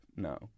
No